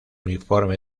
uniforme